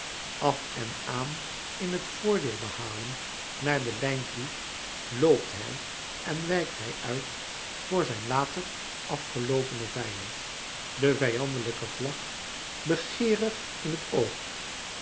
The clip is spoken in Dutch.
af en aan in het voordeel behalen naar de lijn toe loopt hij en wijkt hij uit voor zijn later afgeloopenen vijand de vijandelijke vlag begeerig in het oog